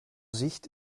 sicht